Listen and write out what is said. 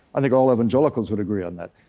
i think all evangelicals would agree on that.